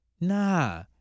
Nah